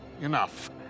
Enough